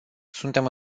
suntem